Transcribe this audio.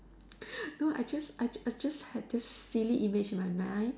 no I just I just I just had this silly image on my mind